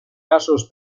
casos